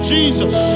Jesus